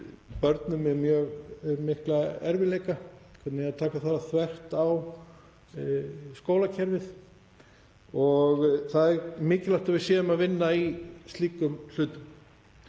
börnum með mjög mikla erfiðleika, hvernig eigi að taka það þvert á skólakerfið. Það er mikilvægt að við séum að vinna í slíkum hlutum.